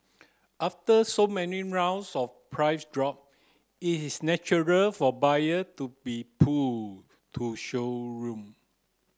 after so many rounds of price drop it is natural for buyer to be pulled to showroom